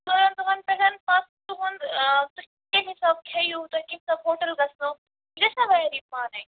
دۅن دۅہَن پیٚٹھ پتہٕ تُہُنٛد آ تُہٕنٛدِ حِسابہٕ کھیِِٚوو تۅہہِ کِتھۍ حظ ہوٹل گَژھنَو یہِ گَژھِ نا ویری پانٕے